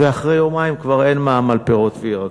ואחרי יומיים כבר אין מע"מ על פירות וירקות,